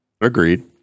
Agreed